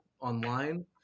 online